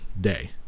day